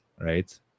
right